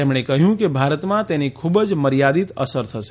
તેમણે કહ્યું કે ભારતમાં તેની ખૂબ જ મર્યાદિત અસર થશે